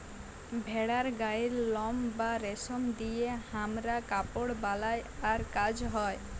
ভেড়ার গায়ের লম বা রেশম দিয়ে হামরা কাপড় বালাই আর কাজ হ্য়